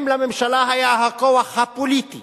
אם לממשלה היה הכוח הפוליטי